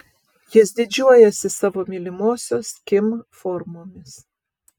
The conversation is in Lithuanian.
jis didžiuojasi savo mylimosios kim formomis